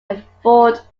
effort